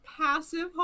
passive